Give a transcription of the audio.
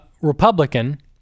Republican